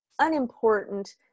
unimportant